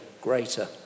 greater